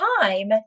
time